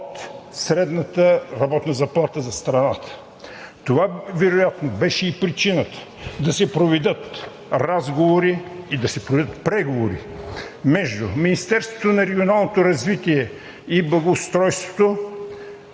от средната работна заплата за страната. Това вероятно беше и причината да се проведат разговори и преговори между Министерството на регионалното развитие и благоустройството,